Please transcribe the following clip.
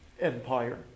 Empire